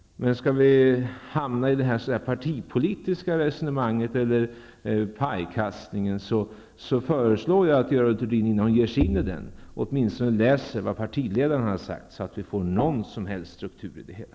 Innan vi hamnar i ett partipolitiskt resonemang eller en pajkastning föreslår jag att Görel Thurdin åtminstone läser vad partiledaren har sagt, så det blir någon struktur i det hela.